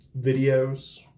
videos